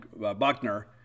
Buckner